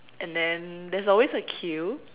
and then there's always a queue